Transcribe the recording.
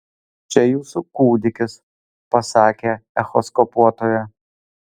čia jūsų kūdikis pasakė echoskopuotoja